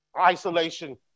isolation